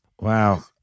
Wow